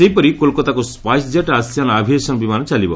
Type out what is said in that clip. ସେହିପରି କୋଲକାତାକୁ ସ୍ୱାଇସ୍ଜେଟ୍ ଆସିଆନ୍ ବିମାନ ଚାଲିବ